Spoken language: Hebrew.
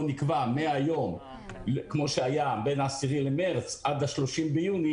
בואו נקבע מהיום כמו שהיה בין ה-10 במרץ עד ה-30 ביוני.